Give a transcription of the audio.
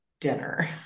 dinner